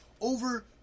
over